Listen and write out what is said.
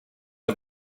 the